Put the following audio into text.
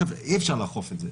אי אפשר לאכוף את זה.